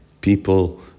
people